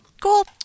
Cool